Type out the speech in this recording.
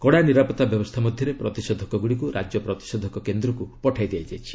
କଡ଼ା ନିରାପତ୍ତା ବ୍ୟବସ୍ଥା ମଧ୍ୟରେ ପ୍ରତିଷେଧକଗୁଡ଼ିକୁ ରାଜ୍ୟ ପ୍ରତିଷେଧକ କେନ୍ଦ୍ରକୁ ପଠାଇ ଦିଆଯାଇଛି